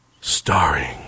starring